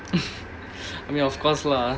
I mean of course lah